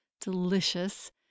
delicious